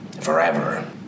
forever